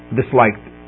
disliked